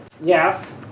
Yes